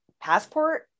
passport